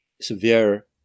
severe